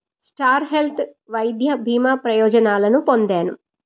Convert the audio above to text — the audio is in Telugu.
స్టార్ హెల్త్ వైద్య భీమా ప్రయోజనాలను పొందాను